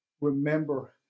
remember